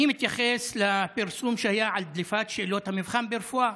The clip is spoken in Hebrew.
אני מתייחס לפרסום שהיה על דליפת שאלות המבחן ברפואה,